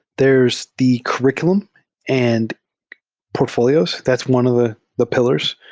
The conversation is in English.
there's the curr iculum and portfolios. that's one of the the pillars,